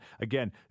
Again